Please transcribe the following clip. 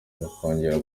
byakongera